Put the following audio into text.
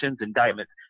indictments